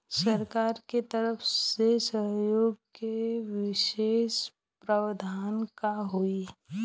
सरकार के तरफ से सहयोग के विशेष प्रावधान का हई?